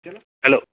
hello